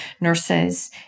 nurses